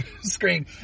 screen